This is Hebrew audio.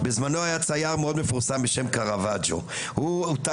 בזמנו היה צייר מאוד מפורסם בשם קרוואג'ו הכנסייה